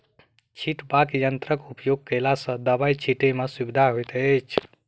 छिटबाक यंत्रक उपयोग कयला सॅ दबाई छिटै मे सुविधा होइत छै